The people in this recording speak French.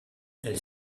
elle